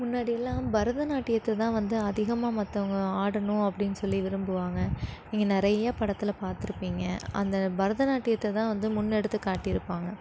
முன்னாடி எல்லாம் பரதநாட்டியத்தை தான் வந்து அதிகமாக மற்றவங்க ஆடணும் அப்படின் சொல்லி விரும்புவாங்க நீங்கள் நிறையா படத்தில் பார்த்துருப்பீங்க அந்த பரதநாட்டியத்தை தான் வந்து முன்னெடுத்து காட்டி இருப்பாங்க